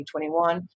2021